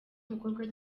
umukobwa